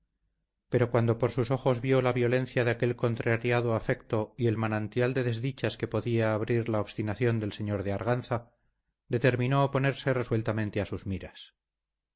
pero cuando por sus ojos vio la violencia de aquel contrariado afecto y el manantial de desdichas que podía abrir la obstinación del señor de arganza determinó oponerse resueltamente a sus miras